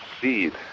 seed